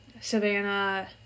Savannah